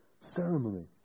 ceremony